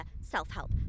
self-help